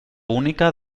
única